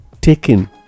taken